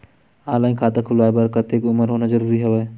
Online खाता खुलवाय बर कतेक उमर होना जरूरी हवय?